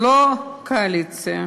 לא בקואליציה,